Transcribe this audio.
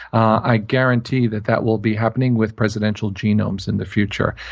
i guarantee that that will be happening with presidential genomes in the future.